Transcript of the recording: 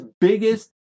biggest